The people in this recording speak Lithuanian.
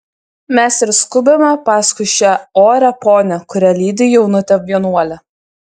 mes ir skubame paskui šią orią ponią kurią lydi jaunutė vienuolė